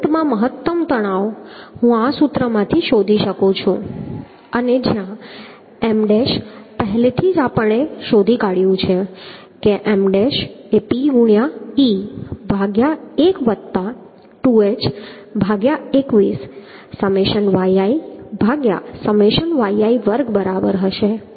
તેથી બોલ્ટમાં મહત્તમ તણાવ હું આ સૂત્રમાંથી શોધી શકું છું અને જ્યાં M ડેશ પહેલેથી જ આપણે શોધી કાઢ્યું છે કે M ડેશ એ p ગુણ્યાં e ભાગ્યા 1 વત્તા 2h ભાગ્યા 21 સમેશન yi ભાગ્યા સમેશન yi વર્ગ બરાબર હશે